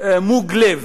מוג לב.